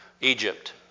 Egypt